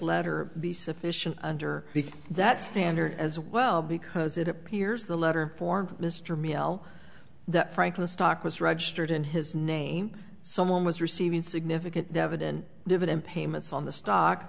letter be sufficient under that standard as well because it appears the letter for mr mi l that franklin stock was registered in his name someone was receiving significant debt and dividend payments on the stock